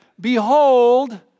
Behold